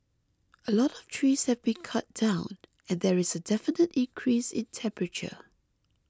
a lot of trees have been cut down and there is a definite increase in temperature